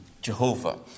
Jehovah